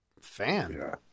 fan